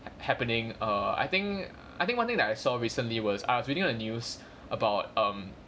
hap~ happening err I think I think one thing that I saw recently was I was reading a news about um